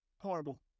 Horrible